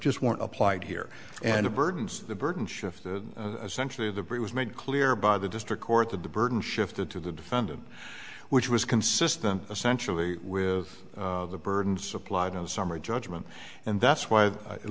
just weren't applied here and the burdens the burden shifts essential to the bridge was made clear by the district court that the burden shifted to the defendant which was consistent essentially with the burden supplied on the summary judgment and that's why